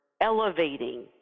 elevating